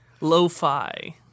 Lo-fi